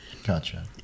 Gotcha